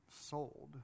sold